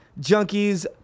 Junkies